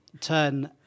turn